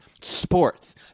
sports